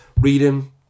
reading